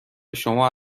شما